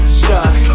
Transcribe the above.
shot